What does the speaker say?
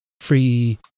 free